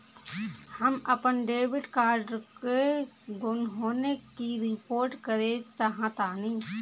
हम अपन debit card के गुम होने की रिपोर्ट करे चाहतानी